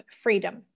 freedom